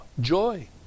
joy